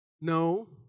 No